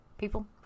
people